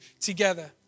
together